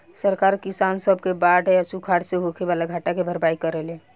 सरकार किसान सब के बाढ़ आ सुखाड़ से होखे वाला घाटा के भरपाई करेले